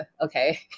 okay